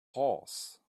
horse